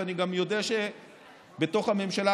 ואני גם יודע שבתוך הממשלה,